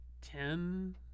ten